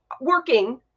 working